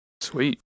Sweet